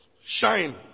Shine